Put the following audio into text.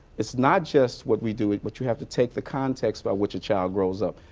it's not just what we do. but you have to take the context by which a child grows up.